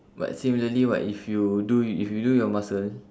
but similarly what if you do if you do your muscle